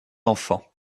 enfants